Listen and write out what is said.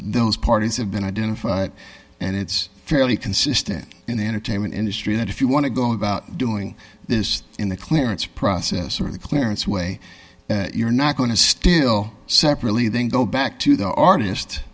those parties have been identified and it's fairly consistent in the entertainment industry that if you want to go about doing this in the clearance process or the clearance way you're not going to still separately then go back to the artist